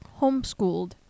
Homeschooled